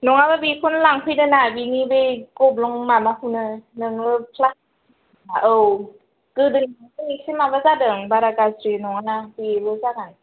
नङाबा बेखौनो लांफैदो ना बिनि बै गब्लं माबाखौनो नोङो औ गोदोनायावल' एसे माबा जादों बारा गाज्रि नङाना बेबो जागोन